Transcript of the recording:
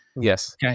Yes